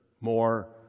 more